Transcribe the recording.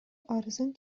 арызын